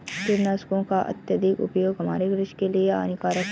कीटनाशकों का अत्यधिक उपयोग हमारे कृषि के लिए हानिकारक है